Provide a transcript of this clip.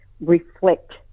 reflect